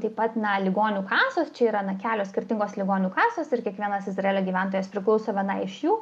taip pat na ligonių kasos čia yra na kelios skirtingos ligonių kasos ir kiekvienas izraelio gyventojas priklauso vienai iš jų